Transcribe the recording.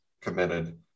committed